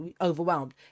overwhelmed